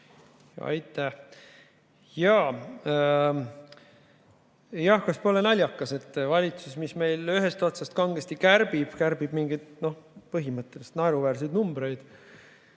Aitäh! Jaa, kas pole naljakas, et valitsus, mis meil ühest otsast kangesti kärbib, kärbib mingeid põhimõtteliselt naeruväärseid numbreid,